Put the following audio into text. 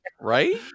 Right